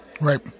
Right